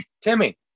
Timmy